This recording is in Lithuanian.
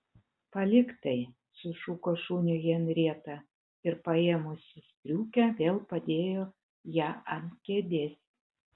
palik tai sušuko šuniui henrieta ir paėmusi striukę vėl padėjo ją ant kėdės